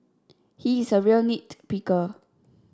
he is a real nit picker